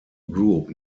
group